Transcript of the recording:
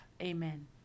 amen